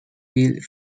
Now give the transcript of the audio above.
îles